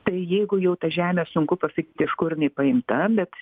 tai jeigu jau tą žemę sunku pasakyti iš kur jinai paimta bet